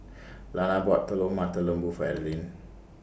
Lana bought Telur Mata Lembu For Adalyn